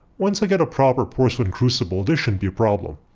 once i get a proper porcelain crucible this shouldn't be a problem.